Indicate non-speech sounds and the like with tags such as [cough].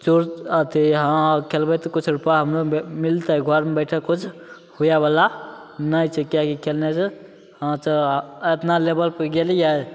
चोर अथी हँ खेलबै तऽ किछु रूपा हमरो मिलतै घरमे बठि कऽ किछु हुये बला नहि छै किएकि खेलने से [unintelligible] एतना लेबल पऽ गेलियै